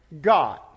God